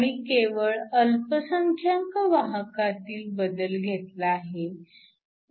आणि केवळ अल्पसंख्यांक वाहकांतील बदल घेतला आहे